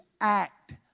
act